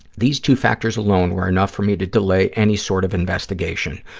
these two factors alone were enough for me to delay any sort of investigation.